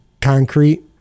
concrete